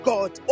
God